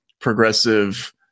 progressive